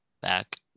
back